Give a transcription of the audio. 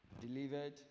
delivered